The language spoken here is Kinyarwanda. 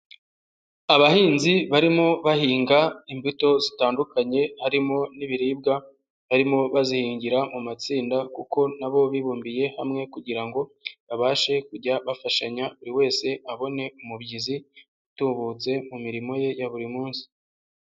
Abahinzi barimo bahinga imbuto zitandukanye, harimo n'ibiribwa, barimo bazihingira mu matsinda kuko na bo bibumbiye hamwe kugira ngo babashe kujya bafashanya buri wese abone umubyizi utubutse mu mirimo ye ya buri munsi.